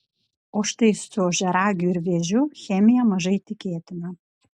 o štai su ožiaragiu ir vėžiu chemija mažai tikėtina